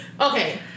Okay